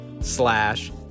Slash